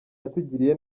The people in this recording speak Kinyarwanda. yatugiriye